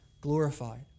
glorified